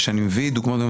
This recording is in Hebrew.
כשאני מביא דוגמאות,